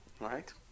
right